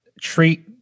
treat